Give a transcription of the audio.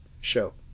Show